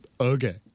Okay